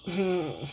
mmhmm